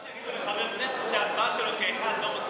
שיגידו לחבר כנסת שההצבעה שלו כאחד לא מספיקה.